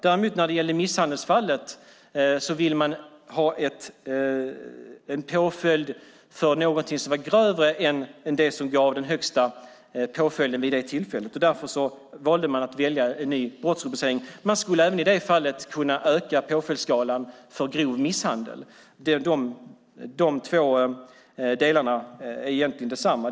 När det däremot gäller misshandelsfallet vill man ha en påföljd för någonting som är grövre än det som gav den högsta påföljden vid det tillfället. Därför valde man en ny brottsrubricering. Man skulle även i det fallet kunna öka påföljdsskalan för grov misshandel. Dessa två delar är egentligen desamma.